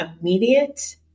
immediate